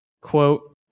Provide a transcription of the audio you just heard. Quote